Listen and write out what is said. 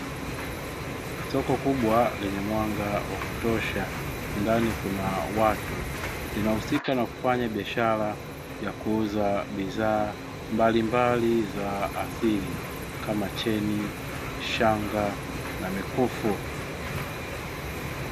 Soko kubwa lenye mwanga wa kutosha. Ndani kuna watu. Linahusika na kufanya biashara ya kuuza bidhaa mbalimbali za asili, kama cheni, shanga, na mikufu.